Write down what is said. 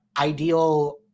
ideal